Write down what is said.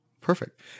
Perfect